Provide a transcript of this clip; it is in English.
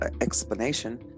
explanation